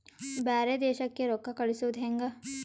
ಬ್ಯಾರೆ ದೇಶಕ್ಕೆ ರೊಕ್ಕ ಕಳಿಸುವುದು ಹ್ಯಾಂಗ?